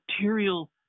material